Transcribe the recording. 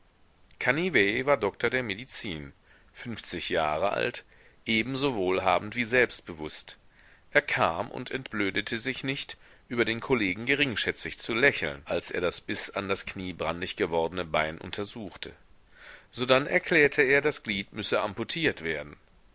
canivet war doktor der medizin fünfzig jahre alt ebenso wohlhabend wie selbstbewußt er kam und entblödete sich nicht über den kollegen geringschätzig zu lächeln als er das bis an das knie brandig gewordene bein untersuchte sodann erklärte er das glied müsse amputiert werden